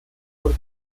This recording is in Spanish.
por